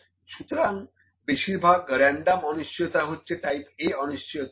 সুতরাং বেশিরভাগ রেনডম অনিশ্চয়তা হচ্ছে টাইপ A অনিশ্চয়তা